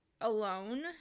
alone